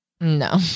No